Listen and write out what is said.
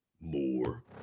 more